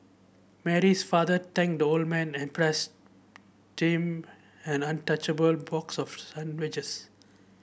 Mary's father thanked the old man and passed team an untouched a ball box of sandwiches